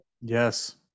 Yes